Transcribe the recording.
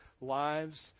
lives